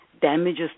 Damages